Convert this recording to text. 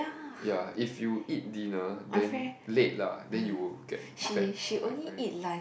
ya if you eat dinner then late lah that you will get fat like very